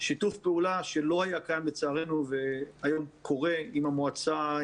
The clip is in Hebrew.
בשיתוף פעולה שלא היה קיים לצערנו והיום קורה עם המועצה,